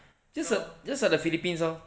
just li~ just like the philippine's lor